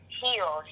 heal